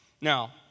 Now